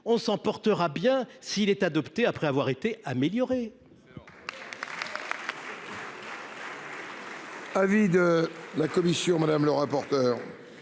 On s’en portera bien s’il est adopté après avoir été amélioré.